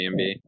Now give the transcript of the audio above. Airbnb